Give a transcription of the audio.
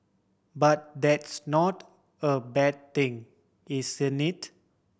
but that's not a bad thing isn't it